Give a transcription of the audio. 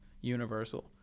universal